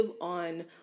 on